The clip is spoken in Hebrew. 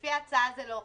לפי ההצעה זה לא חל.